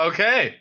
Okay